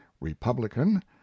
Republican